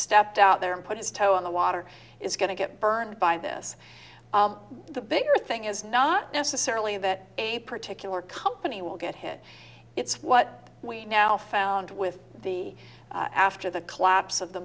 stepped out there and put his toe in the water is going to get burned by this the bigger thing is not necessarily that a particular company will get hit it's what we now found with the after the collapse of the